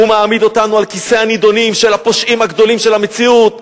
הוא מושיב אותנו על כיסא הנידונים של הפושעים הגדולים של המציאות,